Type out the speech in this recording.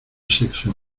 sexo